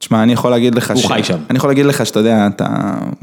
‫שמע, אני יכול להגיד לך ש... ‫-הוא חי עכשיו. ‫אני יכול להגיד לך שאתה יודע, אתה...